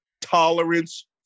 tolerance